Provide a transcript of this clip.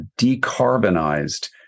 decarbonized